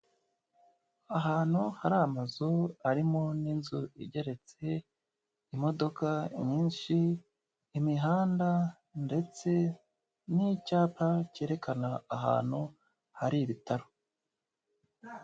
Ahantu hari amazu arimo n'inzu igeretse, imodoka nyinshi, imihanda ndetse n'icyapa cyerekana ahantu hari ibitaro.